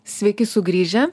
sveiki sugrįžę